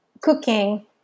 cooking